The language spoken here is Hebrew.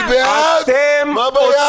אני בעד, מה הבעיה?